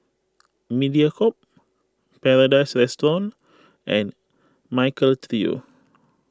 Mediacorp Paradise Restaurant and Michael Trio